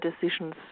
decisions